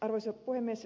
arvoisa puhemies